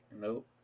Nope